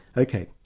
ok.